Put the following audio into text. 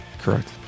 Correct